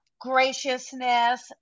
graciousness